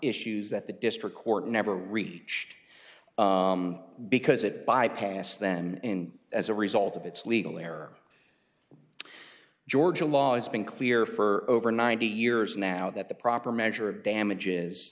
issues that the district court never reached because it bypassed then as a result of its legal error georgia law it's been clear for over ninety years now that the proper measure of damages